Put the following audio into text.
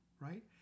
right